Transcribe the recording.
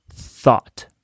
Thought